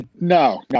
no